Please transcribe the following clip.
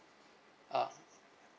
ah